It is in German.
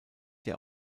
der